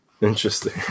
Interesting